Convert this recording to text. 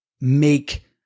make